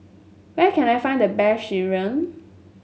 where can I find the best sireh